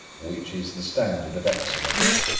which is the standard of excellence.